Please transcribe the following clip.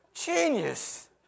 Genius